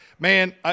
Man